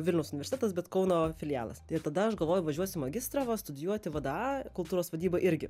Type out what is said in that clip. vilniaus universitetas bet kauno filialas ir tada aš galvoju važiuosiu magistrą va studijuoti vda kultūros vadyba irgi